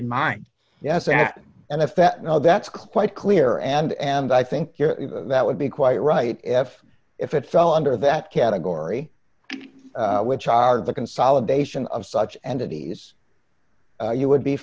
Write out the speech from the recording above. in mind yes and and if that now that's quite clear and and i think that would be quite right if if it fell under that category which are the consolidation of such entities you would